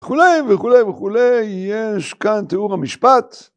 וכולי וכולי וכולי, יש כאן תיאור המשפט.